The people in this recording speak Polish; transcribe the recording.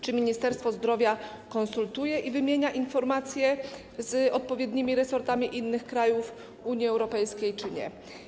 Czy Ministerstwo Zdrowia konsultuje się i wymienia informacje z odpowiednimi resortami innych krajów Unii Europejskiej, czy nie?